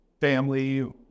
family